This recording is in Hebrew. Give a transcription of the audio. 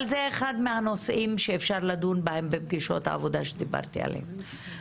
אבל זה אחד מהנושאים שאפשר לדון בהם בפגישות עבודה שדיברתי עליהן.